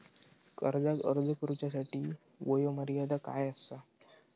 कर्जाक अर्ज करुच्यासाठी वयोमर्यादा काय आसा?